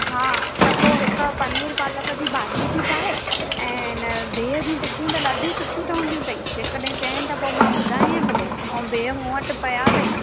हा त पोइ हिकु पनीर पालक जी भाॼी बि ठाहे ऐं हिन बिहु जी टिकियूं ॾाढियूं सुठियूं ठहंदियूं तंहिं जे कॾहिं चए त पोइ मां ॿुधाए भले ऐं बिहु मूं वटि पिया अथेई